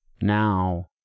now